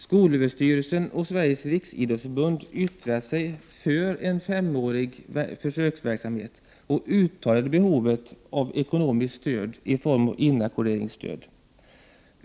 Skolöverstyrelsen och Sveriges riksidrottsförbund uttalade sig för en femårig försöksverksamhet och underströk behovet av ekonomiskt stöd i form av inackorderingsstöd.